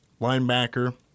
linebacker